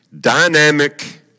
Dynamic